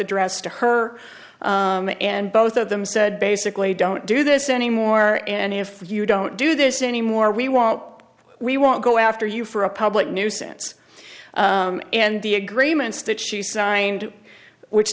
addressed to her and both of them said basically don't do this anymore and if you don't do this anymore we won't we won't go after you for a public nuisance and the agreements that she signed which